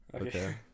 Okay